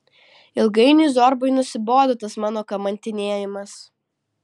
ilgainiui zorbai nusibodo tas mano kamantinėjimas